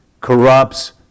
corrupts